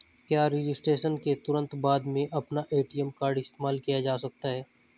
क्या रजिस्ट्रेशन के तुरंत बाद में अपना ए.टी.एम कार्ड इस्तेमाल किया जा सकता है?